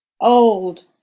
old